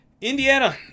Indiana